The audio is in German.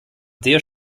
der